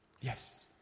Yes